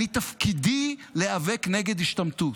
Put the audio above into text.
אני תפקידי להיאבק נגד השתמטות,